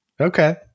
Okay